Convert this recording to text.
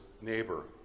neighbor